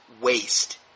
waste